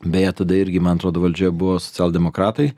beje tada irgi man atrodo valdžioje buvo socialdemokratai